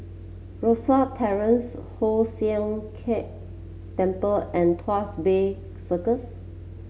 Rosyth Terrace Hoon Sian Keng Temple and Tuas Bay Circles